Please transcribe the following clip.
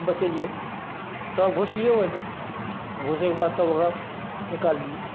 बचेलिए तब घुसिऔ ओहिमे घुसैके बाद तब ओकरा निकाललिए